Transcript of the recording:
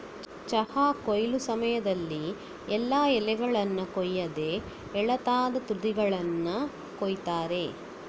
ಚಹಾ ಕೊಯ್ಲು ಸಮಯದಲ್ಲಿ ಎಲ್ಲಾ ಎಲೆಗಳನ್ನ ಕೊಯ್ಯದೆ ಎಳತಾದ ತುದಿಯನ್ನ ಕೊಯಿತಾರೆ